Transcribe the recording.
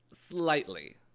Slightly